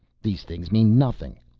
these things mean nothing.